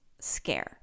scare